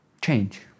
Change